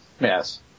Yes